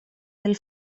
del